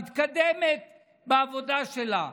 מתקדמת בעבודה שלה,